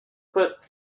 put